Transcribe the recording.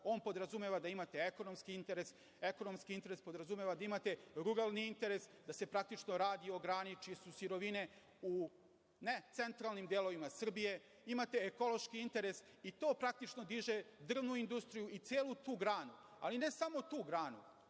On podrazumeva da imate ekonomski interes. Ekonomski interes podrazumeva da imate ruralni interes, da se praktično radi o grani čije su sirovine u necentralnim delovima Srbije, imate ekološki interes i to praktično diže drvnu industriju i celu tu granu. Ali, ne samo tu granu,